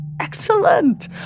Excellent